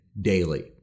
daily